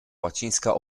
łacińska